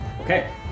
Okay